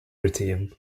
routine